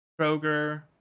Kroger